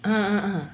uh uh uh